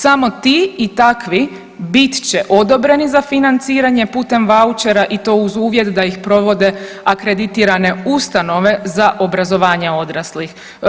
Samo ti i takvi bit će odobreni za financiranje putem vouchera i to uz uvjet da ih provode akreditirane ustanove za obrazovanje odraslih.